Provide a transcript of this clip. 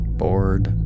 bored